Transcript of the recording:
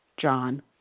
John